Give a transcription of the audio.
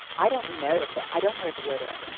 i don't notice that. i don't wear deodorant.